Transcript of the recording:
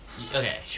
Okay